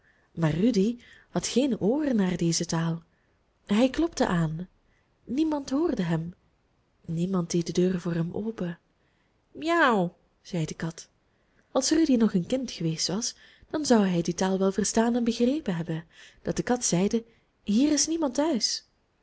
maar rudy had geen ooren naar deze taal hij klopte aan niemand hoorde hem niemand deed de deur voor hem open miauw zei de kat als rudy nog een kind geweest was dan zou hij die taal wel verstaan en begrepen hebben dat de kat zeide hier is niemand thuis